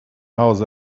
house